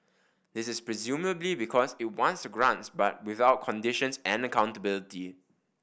this is presumably because it wants the grants but without conditions and accountability